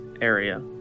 area